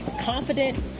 confident